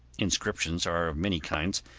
inscriptions are of many kinds,